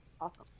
awesome